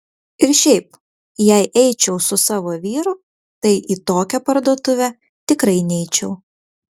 ir šiaip jei eičiau su savo vyru tai į tokią parduotuvę tikrai neičiau